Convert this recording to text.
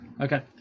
Okay